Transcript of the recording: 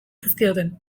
zizkioten